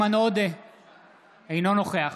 אינו נוכח